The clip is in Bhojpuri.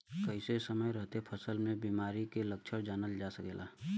कइसे समय रहते फसल में बिमारी के लक्षण जानल जा सकेला?